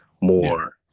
more